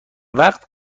وقت